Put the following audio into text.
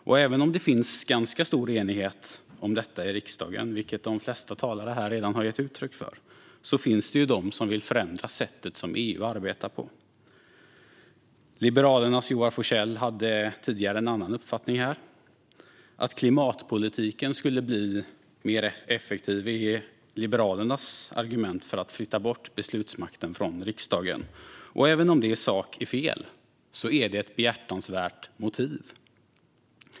Men även om det finns ganska stor enighet om detta i riksdagen, vilket de flesta talare här redan har gett uttryck för, finns det de som vill förändra sättet som EU arbetar på. Liberalernas Joar Forssell hade tidigare en annan uppfattning här. Att klimatpolitiken skulle bli mer effektiv är Liberalernas argument för att flytta bort beslutsmakten från riksdagen. Även om det i sak är fel är det ett behjärtansvärt motiv.